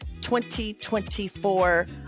2024